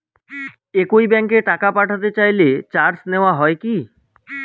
একই ব্যাংকে টাকা পাঠাতে চাইলে চার্জ নেওয়া হয় কি?